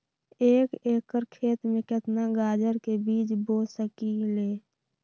एक एकर खेत में केतना गाजर के बीज बो सकीं ले?